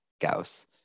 Gauss